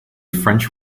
french